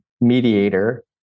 mediator